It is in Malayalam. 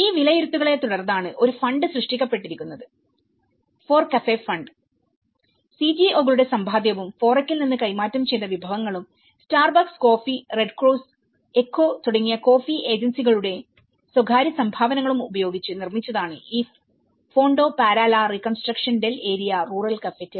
ഈ വിലയിരുത്തലുകളെ തുടർന്നാണ് ഒരു ഫണ്ട് സൃഷ്ടിക്കപ്പെട്ടിരിക്കുന്നത് FORECAFE ഫണ്ട് സിജിഒകളുടെ സമ്പാദ്യവും ഫോറെക്കിൽ നിന്ന് കൈമാറ്റം ചെയ്ത വിഭവങ്ങളും Starbucks coffee Red Cross ECHO തുടങ്ങിയ കോഫി ഏജൻസികളുടെ സ്വകാര്യ സംഭാവനകളും ഉപയോഗിച്ച് നിർമ്മിച്ചതാണ് ഈ Fondo para la Reconstrucción del Área Rural Cafetera